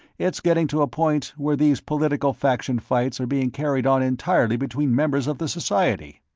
it's getting to a point where these political faction fights are being carried on entirely between members of the society.